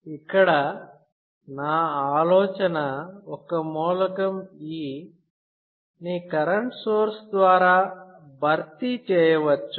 ఇక్కడ నా ఆలోచన ఒక మూలకం E ని కరెంట్ సోర్స్ ద్వారా భర్తీ చేయవచ్చు